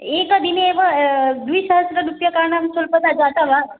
एकदिने एव द्विसहस्ररूप्यकाणां स्वल्पता जाता वा